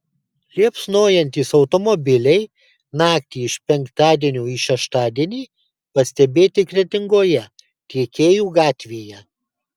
liepsnojantys automobiliai naktį iš penktadienio į šeštadienį pastebėti kretingoje tiekėjų gatvėje